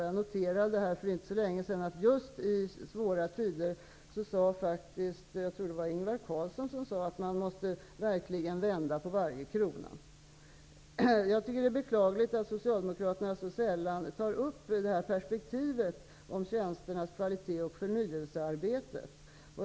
Jag noterade inte för så länge sedan att Ingvar Carlsson sade att man just i svåra tider verkligen måste vända på varje krona. Jag tycker att det är beklagligt att Socialdemokraterna så sällan tar upp perspektivet om tjänsternas kvalitet och förnyelsearbete.